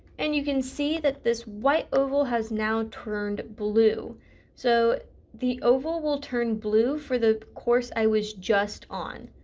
and you can see that this white oval has now turned blue so the oval will turn blue for the course i was just on.